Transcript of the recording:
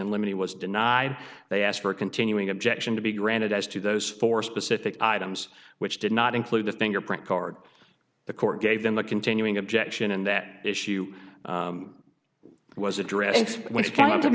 in limine was denied they asked for a continuing objection to be granted as to those four specific items which did not include the fingerprint card the court gave them the continuing objection and that issue was addressed wh